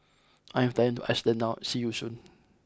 I am flying to Iceland now see you soon